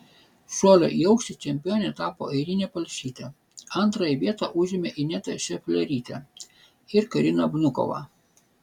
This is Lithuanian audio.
šuolio į aukštį čempione tapo airinė palšytė antrąją vietą užėmė ineta šeflerytė ir karina vnukova